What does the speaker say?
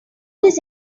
this